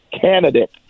candidate